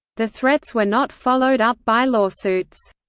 the threats were not followed up by lawsuits.